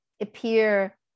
appear